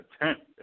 attempt